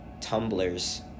tumblers